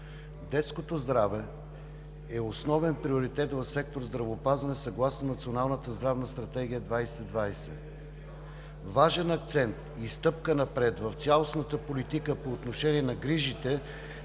детското здраве е основен приоритет в сектор „Здравеопазване“ съгласно Националната здравна стратегия 2020. Важен акцент и стъпка напред в цялостната политика по отношение на грижите